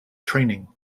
training